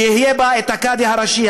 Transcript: שהקאדי הראשי,